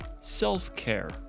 self-care